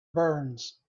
burns